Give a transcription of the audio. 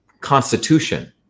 constitution